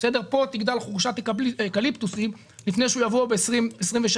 פה תגדל חורשת אקליפטוסים לפני שהוא יבוא ב-2023